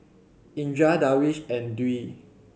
Indra Darwish and Dwi